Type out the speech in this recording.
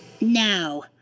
Now